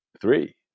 three